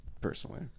personally